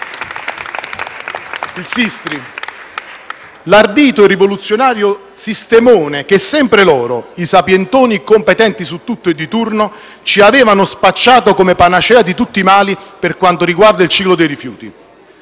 il Sistri, l'ardito e rivoluzionario sistemone che sempre loro, i sapientoni di turno competenti su tutto, ci avevano spacciato come panacea di tutti i mali per quanto riguarda il ciclo dei rifiuti.